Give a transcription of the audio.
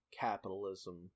capitalism